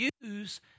use